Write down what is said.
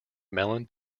mellon